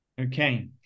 Okay